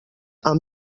amb